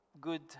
good